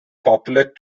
popular